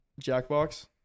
Jackbox